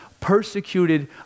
persecuted